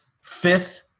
fifth